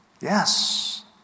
Yes